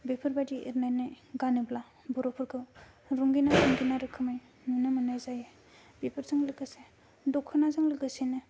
बेफोरबायदि एरनानै गानोब्ला बर'फोरखौ रंगिना संगिना रोखोमै नुनो मोननाय जायो बेफोरजों लोगोसे दख'नाजों लोगोसेनो